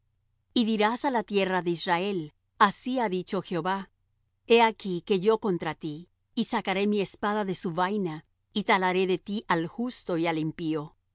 y dirás á la tierra de israel así ha dicho jehová he aquí que yo contra ti y sacaré mi espada de su vaina y talaré de ti al justo y al impío